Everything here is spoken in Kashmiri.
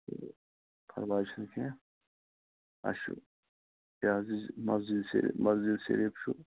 تہٕ پَرواے چھُنہٕ کیٚنٛہہ اَسہِ چھُ یہِ حظ یہِ مَسجد شَریٖف مَسجد شَریٖف چھُ